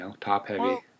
top-heavy